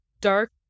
dark